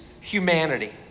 humanity